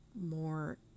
more